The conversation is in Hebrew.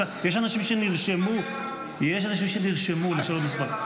יש אנשים שנרשמו לשאלות נוספות.